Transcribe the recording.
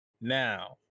Now